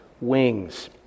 wings